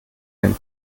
dem